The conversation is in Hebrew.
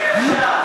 אי-אפשר.